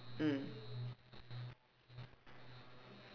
mm